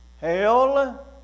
hell